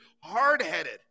hard-headed